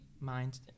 mind